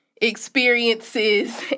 experiences